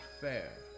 fair